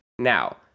Now